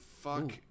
Fuck